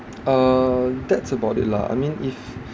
uh that's about it lah I mean if